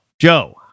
joe